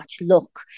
look